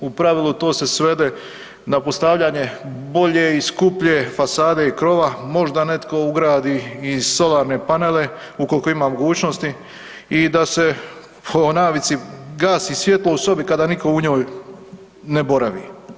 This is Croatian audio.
U pravilu to se svede na postavljanje bolje i skuplje fasade i krova, možda netko ugradi i solarne panele ukoliko ima mogućnosti i da se po navici gasi svjetlo u sobi kada niko u njoj ne boravi.